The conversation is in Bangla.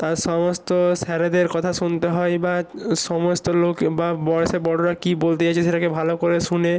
তার সমস্ত স্যারেদের কথা শুনতে হয় বা সমস্ত লোক বা বয়েসে বড়োরা কী বলতে চাইছে সেটাকে ভালো করে শুনে